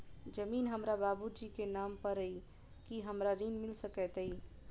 जमीन हमरा बाबूजी केँ नाम पर अई की हमरा ऋण मिल सकैत अई?